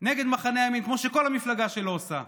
נגד מחנה הימין, כמו שכל המפלגה שלו עושה.